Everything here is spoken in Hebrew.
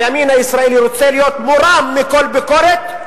הימין הישראלי רוצה להיות מורם מכל ביקורת,